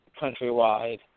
countrywide